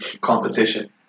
competition